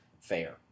fair